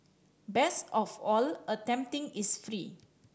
best of all attempting is free